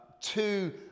two